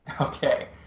Okay